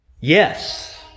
Yes